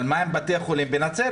אבל מה עם בתי החולים בנצרת?